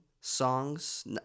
songs